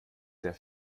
der